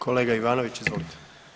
Kolega Ivanović, izvolite.